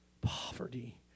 Poverty